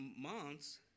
months